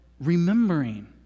remembering